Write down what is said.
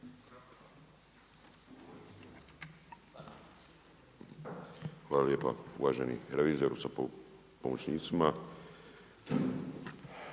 Hvala lijepa. Uvaženi revizoru, sa pomoćnicima.